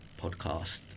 podcast